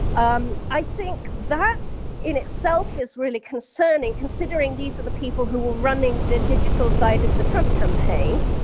um i think that in itself is really concerning, considering these are the people who were running the digital side of the trump campaign.